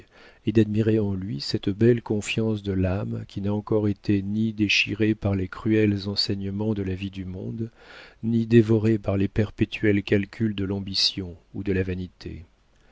et d'admirer en lui cette belle confiance de l'âme qui n'a encore été ni déchirée par les cruels enseignements de la vie du monde ni dévorée par les perpétuels calculs de l'ambition ou de la vanité